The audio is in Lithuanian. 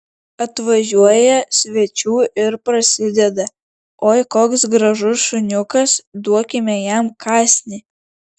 atvažiuoja svečių ir prasideda oi koks gražus šuniukas duokime jam kąsnį